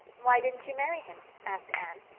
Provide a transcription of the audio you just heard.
why didn't you marry him? asked anne.